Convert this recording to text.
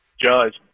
Judge